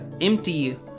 empty